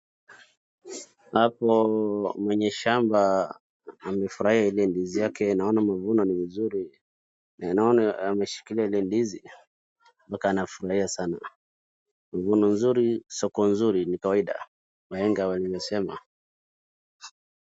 Hapo mwenye shamba amefurahia ile ndizi yake naona mavuno ni mzuri, naona ameshikilia ile ndizi na anafurahia sana. Mavuno nzuri soko nzuri ni kawaida, wahenga waliyosema.